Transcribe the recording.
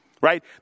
Right